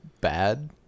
bad